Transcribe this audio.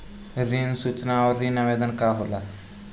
ऋण सूचना और ऋण आवेदन का होला?